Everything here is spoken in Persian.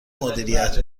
مدیریت